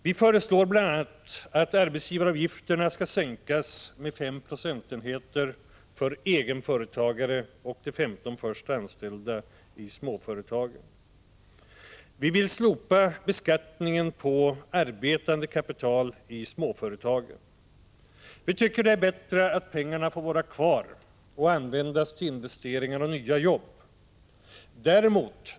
Vi föreslår bl.a. att arbetsgivaravgifterna skall sänkas med 5 procentenheter för egenföretagare och de 15 först anställda i småföretagen. Vi vill slopa beskattningen på arbetande kapital i småföretagen. Vi tycker det är bättre att pengarna får vara kvar och användas till investeringar och nya jobb.